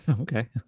Okay